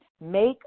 Make